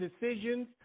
decisions